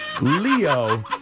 Leo